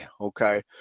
okay